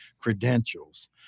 credentials